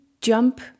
jump